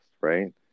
right